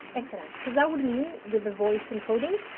excellent. so that would mean with the voice encoding,